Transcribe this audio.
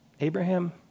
Abraham